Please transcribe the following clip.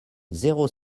zéro